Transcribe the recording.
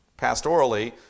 pastorally